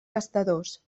gastadors